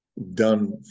Done